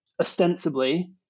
ostensibly